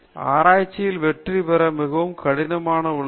ஆராய்ச்சியில் வெற்றி மிகவும் கடினமாக உள்ளது